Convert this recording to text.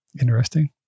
interesting